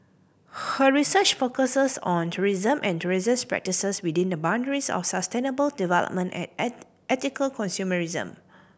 her research focuses on tourism and tourism's practices within the boundaries of sustainable development and ethical consumerism